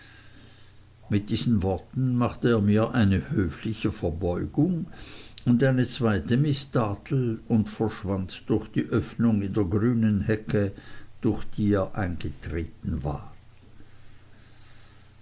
mit diesen worten machte er mir eine höfliche verbeugung und eine zweite miß dartle und verschwand durch die öffnung in der grünen hecke durch die er eingetreten war